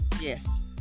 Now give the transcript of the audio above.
yes